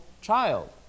child